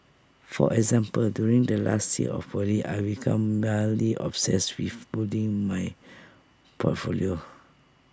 for example during the last year of poly I became mildly obsessed with building my portfolio